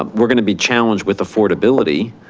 um we're gonna be challenged with affordability